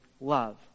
love